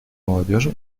молодежи